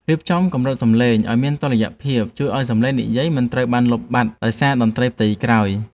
រៀបចំកម្រិតសំឡេងឱ្យមានតុល្យភាពជួយឱ្យសំឡេងនិយាយមិនត្រូវបានលុបបាត់ដោយសារតន្ត្រីផ្ទៃក្រោយ។